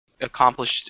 accomplished